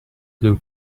blue